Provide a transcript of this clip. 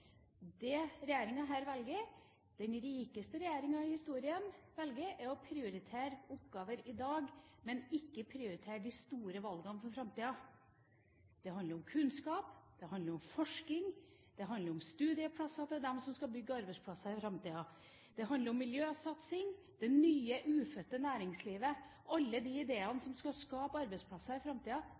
Det regjeringa – den rikeste regjeringa i historien – her velger, er å prioritere oppgaver i dag, men ikke prioritere de store valgene for framtida. Det handler om kunnskap, det handler om forskning, det handler om studieplasser til dem som skal bygge arbeidsplasser i framtida, det handler om miljøsatsing – det nye ufødte næringslivet, alle de ideene som skal skape arbeidsplasser i framtida.